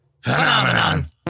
Phenomenon